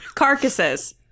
Carcasses